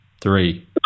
Three